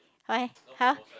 why how